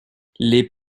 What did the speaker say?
les